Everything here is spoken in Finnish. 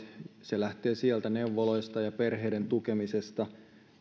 se lähtee sieltä neuvoloista ja perheiden tukemisesta